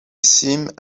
seemed